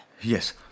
Yes